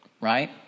right